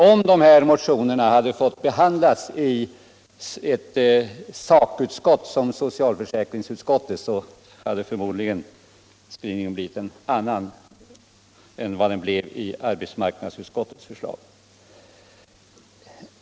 Om de här motionerna hade fått behandlas i ett sakutskott som socialförsäkringsutskottet, hade troligen skrivningen blivit en annan än vad den blev i arbetsmarknadsutskottets betänkande.